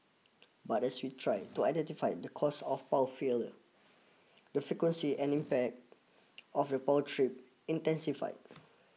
but as we tried to identify the cause of **the frequency and impact of power trip intensified